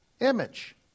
image